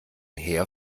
heer